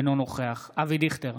אינו נוכח אבי דיכטר,